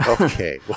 okay